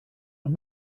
man